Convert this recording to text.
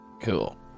Cool